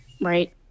right